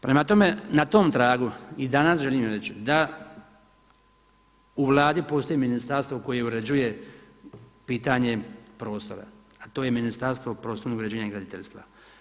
Prema tome i na tom tragu i danas želim reći da u Vladi postoji ministarstvo koje uređuje pitanje prostora, a to je Ministarstvo prostornog uređenja i graditeljstva.